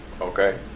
Okay